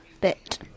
bit